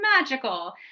magical